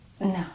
No